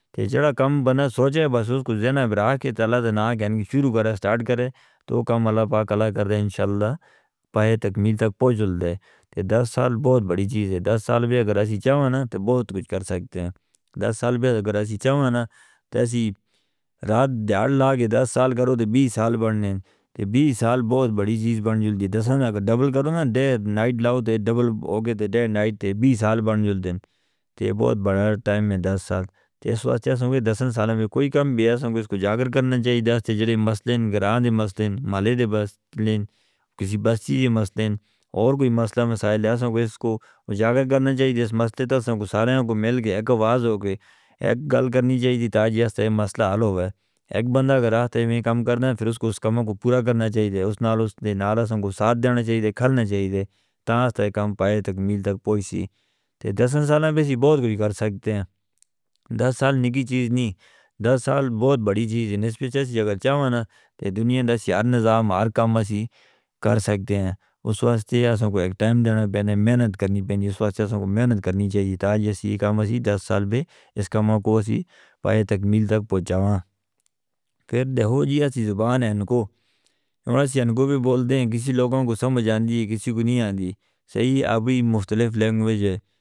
تے جڑا کم بنا سوچے بس اُس کو جینا ہے، براہ کی تالا دھنا۔ جین کی شروع کرے، سٹارٹ کرے تو کم اللہ پاک کلا کر دے، انشاءاللہ پائے تکمیل تک پہنچ جلدے۔ دس سال بہت بڑی چیز ہے۔ دس سال بھی اگر اسی چاہواں نا تو بہت کچھ کر سکتے ہیں۔ دس سال بھی اگر اسی چاہواں نا تو اسی رات دیڑھ لاغے، دس سال کرو دے، بیس سال بڑھنیں تے بیس سال بہت بڑی چیز بن جلدے۔ دس سال اگر ڈبل کرو نا، دیڑھ نائٹ لاؤ تے ڈبل ہوکے دیڑھ نائٹ تے بیس سال بن جلدے، تے بہت بڑا ٹائم ہے۔ دس سال اِس واسطے، دس سال میں کوئی کم بھی ہے، اُس کو جاگر کرنا چاہی دی۔ دس تے جڑی مسئلے، گران دی مسئلے، مالے دے بس مطلین، کسی بس چیز دی مسئلے، اَور کوئی مسئلہ مسائل ہے، اُس کو جاگر کرنا چاہی دی۔ دس مسئلے: دس ساں کو، سارے ہاں کو مل کے ایک آواز ہوکے ایک گل کرنی چاہی دی، تاکہ اُس تے مسئلہ حل ہووے۔ ایک بندہ گران تے میم کم کرنا ہے، پھر اُس کو اِس کاموں کو پورا کرنا چاہی دی۔ اِس نال، اُس دے نال، اساں کو ساتھ دینا چاہی دی۔ کھلنا چاہی دی، تاں اُس تے کم پائے تکمیل تک پہنچ سی۔ دس سال بھی بہت کچھ کر سکتے ہیں۔ دس سال نِگی چیز نہیں، دس سال بہت بڑی چیز ہے نسبت سے اگر چاہواں نا تے دنیاں دا سوار نظام ہر کم اسی کر سکتے ہیں۔ اِس واسطے اساں کو ایک ٹائم دینا ہے، بہت محنت کرنی ہے۔ اِس واسطے اساں کو محنت کرنی چاہی دی، تاں جیسے یہ کم اسی دس سال میں اِس کاموں کو اسی پائے تکمیل تک پہنچاواں۔ پھر دہو جی ہے، تھی زبان ہے، اُن کو اُن کو بھی بول دیں۔ کسی لوگوں کو سمجھ آندی، کسی کو نہیں آندی۔ صحیح، ابھی مختلف لینگویج ہے۔